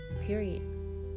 Period